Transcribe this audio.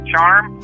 Charm